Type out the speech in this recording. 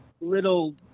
little